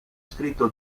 scritto